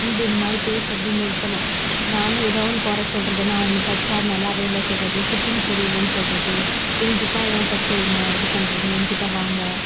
இந்த இதுமாதிரி பேசுறத நிறுத்தலை நான் ஏதாவது கொறை சொல்றத நான் ஒன்று தைச்சா நல்லா இல்லை சொல்றது ஃபிட்டிங் சரி இல்லைன்னு சொல்வது இவங்ககிட்டலாம் ஏன் தைக்கிறிங்க இது பண்ணுறீங்க என்கிட்ட வாங்க